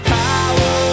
power